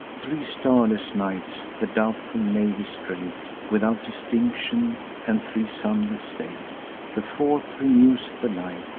three starless nights the doubtful navy strays, without distinction, and three sunless days the fourth renews the light,